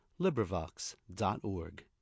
LibriVox.org